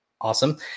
Awesome